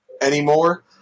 anymore